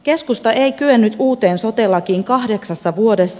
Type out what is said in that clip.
keskusta ei kyennyt uuteen sote lakiin kahdeksassa vuodessa